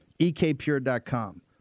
EKPure.com